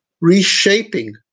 reshaping